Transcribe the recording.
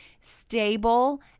stable